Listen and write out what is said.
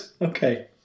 Okay